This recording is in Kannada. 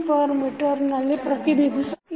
Nm ನಲ್ಲಿ ಪ್ರತಿನಿಧಿಸಲಾಗುತ್ತದೆ